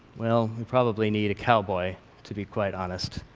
well, we probably need a cowboy to be quite honest.